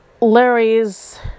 Larry's